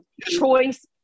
choice